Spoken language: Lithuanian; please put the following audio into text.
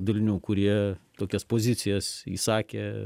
dalinių kurie tokias pozicijas įsakė